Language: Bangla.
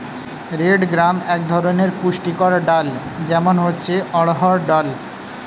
রেড গ্রাম এক ধরনের পুষ্টিকর ডাল, যেমন হচ্ছে অড়হর ডাল